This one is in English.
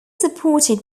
supported